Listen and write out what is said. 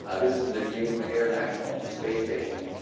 ah this is the view from international space station.